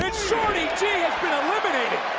shorty g has been eliminated.